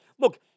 look